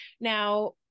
Now